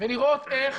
ולראות איך